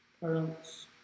Parents